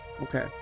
Okay